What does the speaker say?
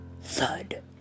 thud